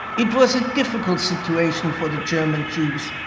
it was a difficult situation for the german jews.